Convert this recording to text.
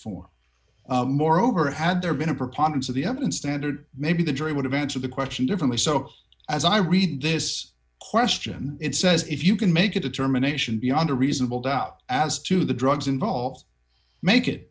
for moreover had there been a preponderance of the evidence standard maybe the jury would have answered the question differently so as i read this question it says if you can make a determination beyond a reasonable doubt as to the drugs involved make it